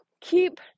Keep